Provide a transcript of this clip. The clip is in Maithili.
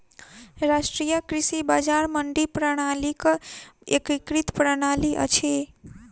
राष्ट्रीय कृषि बजार मंडी प्रणालीक एकीकृत प्रणाली अछि